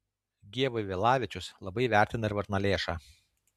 g vaivilavičius labai vertina ir varnalėšą